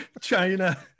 China